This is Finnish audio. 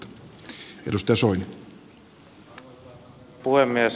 arvoisa herra puhemies